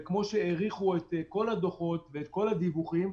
וכמו שהאריכו את כל הדוחות ואת כל הדיווחים,